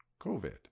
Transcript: COVID